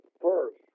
first